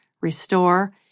restore